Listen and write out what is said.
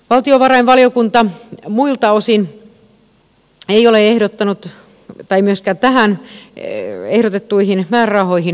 valtiovarainvaliokunta muilta osin ei ole ehdottanut myöskään tähän ehdotettuihin määrärahoihin muutoksia